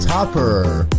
Topper